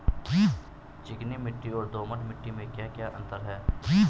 चिकनी मिट्टी और दोमट मिट्टी में क्या क्या अंतर है?